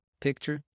picture